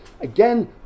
again